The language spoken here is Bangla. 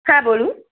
হ্যাঁ বলুন